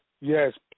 Yes